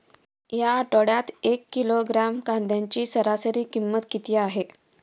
या आठवड्यात एक किलोग्रॅम कांद्याची सरासरी किंमत किती आहे?